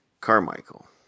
Carmichael